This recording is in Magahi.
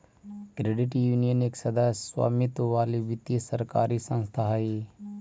क्रेडिट यूनियन एक सदस्य स्वामित्व वाली वित्तीय सरकारी संस्था हइ